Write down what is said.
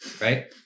Right